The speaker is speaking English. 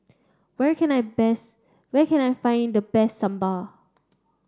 where can I best where can I find the best Sambar